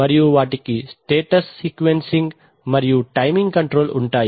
మరియు వాటికి status sequencing మరియు టైమింగ్ కంట్రోల్ ఉంటాయి